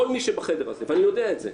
כל מי שבחדר הזה, אני יודע את זה,